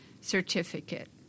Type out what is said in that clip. Certificate